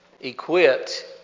equipped